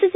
S